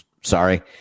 Sorry